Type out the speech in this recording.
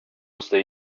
musste